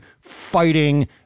fighting